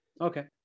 Okay